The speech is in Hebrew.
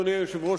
אדוני היושב-ראש,